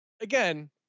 again